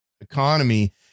economy